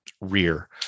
rear